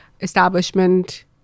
establishment